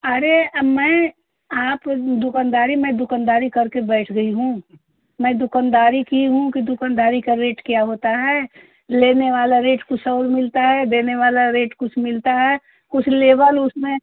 अरे अब मैं आप दुकानदारी में दुकानदारी करके बैठ गई हूँ मैं दुकानदारी की हूँ कि दुकानदारी का रेट क्या होता है लेने वाला रेट कुछ और मिलता है देने वाला रेट कुछ मिलता है कुछ लेबल उसमें